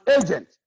agent